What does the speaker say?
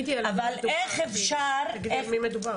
מדובר